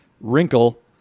wrinkle